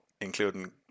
including